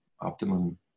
optimum